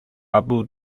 abu